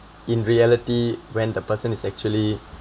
in reality when the person is actually